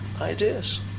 ideas